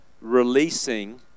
releasing